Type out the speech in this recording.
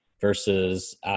versus